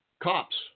cops